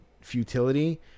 futility